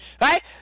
right